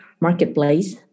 marketplace